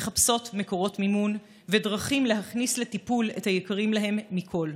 מחפשות מקורות מימון ודרכים להכניס לטיפול את היקרים להם מכול.